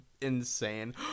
insane